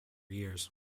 years